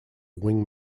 wing